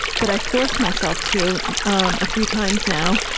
but i forced myself to um a few times now,